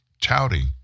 touting